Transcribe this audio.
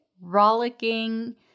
rollicking